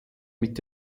mit